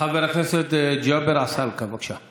חבר הכנסת ג'אבר עסאלקה, בבקשה.